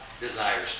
desires